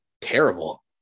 terrible